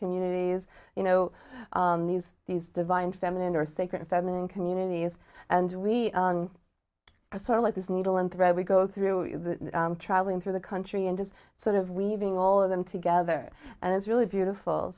communities you know these these divine feminine or sacred feminine communities and we are sort of like this needle and thread we go through travelling through the country and just sort of weaving all of them together and it's really beautiful